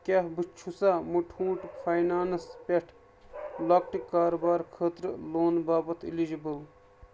کیٛاہ بہٕ چھُسا مُٹھوٗٹھ فاینانس پٮ۪ٹھ لۄکٹہِ کاربار خٲطرٕ لون باپتھ اِلِجِبٕل